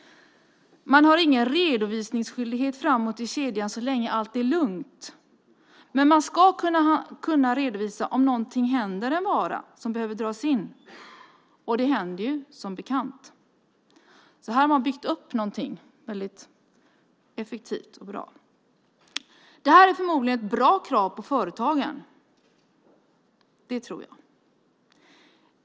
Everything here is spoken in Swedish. Man har ingen redovisningsskyldighet framåt i kedjan så länge allt är lugnt. Men man ska kunna redovisa om någonting händer en vara så att den behöver dras in, och det händer som bekant. Här har man byggt upp någonting väldigt effektivt och bra. Det här är förmodligen ett bra krav på företagen, tror jag.